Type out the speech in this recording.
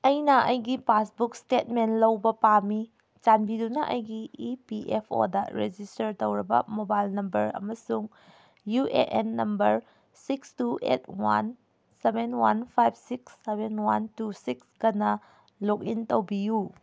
ꯑꯩꯅ ꯑꯩꯒꯤ passbook statement ꯂꯧꯕ ꯄꯥꯝꯃꯤ ꯆꯥꯟꯕꯤꯗꯨꯅ ꯑꯩꯒꯤ ꯏ ꯄꯤ ꯑꯦꯐ ꯑꯣꯗ ꯔꯦꯖꯤꯁꯇꯔ ꯇꯧꯔꯕ ꯃꯣꯕꯥꯏꯜ ꯅꯝꯕꯔ ꯑꯃꯁꯨꯡ U A N number six two eight one seven one five six seven one two ꯁꯤꯛꯁꯒꯅ ꯂꯣꯛ ꯏꯟ ꯇꯧꯕꯤꯌꯨ